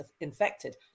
infected